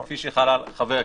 כפי שחלה על חבר הכנסת.